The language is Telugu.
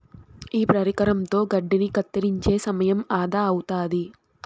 ఈ పరికరంతో గడ్డిని కత్తిరించే సమయం ఆదా అవుతాది